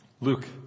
Luke